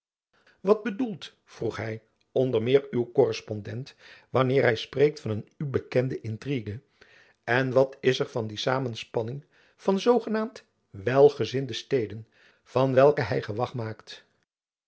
wat bedoelt vroeg hy onder meer uw korrespondent wanneer hy spreekt van een u bekende intrigue en wat is er van die samenspanning van zoogenaamd welgezinde steden van welke hy gewach maakt